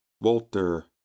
Walter